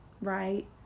right